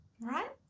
Right